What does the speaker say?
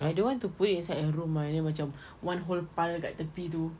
I don't want to put it inside a room ah then macam one whole pile kat tepi tu